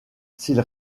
s’il